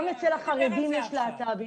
גם אצל החרדים יש להט"בים.